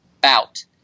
bout